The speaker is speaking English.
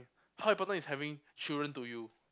how important is having children to you